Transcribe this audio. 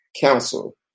council